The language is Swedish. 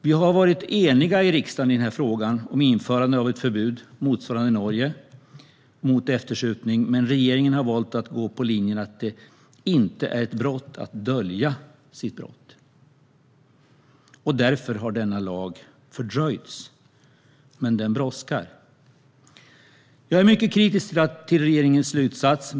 Vi i riksdagen har varit eniga i frågan om införandet av ett förbud mot eftersupning motsvarande det i Norge, men regeringen har valt att gå på linjen att det inte är ett brott att dölja sitt brott. Därför har denna lag fördröjts. Men den brådskar. Jag är mycket kritisk till regeringens slutsats.